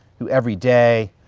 who every day,